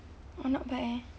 !wah! not bad eh